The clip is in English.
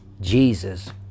Jesus